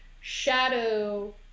shadow